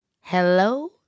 Hello